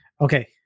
Okay